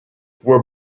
were